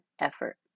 effort